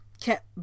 kept